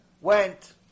went